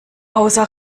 außer